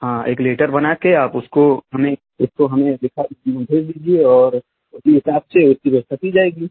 हाँ एक लेटर बना कर आप उसको हमें उसको हमें दिखा भेज दीजिए और अपने हिसाब से उसकी व्यवस्था की जाएगी